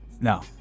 No